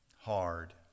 hard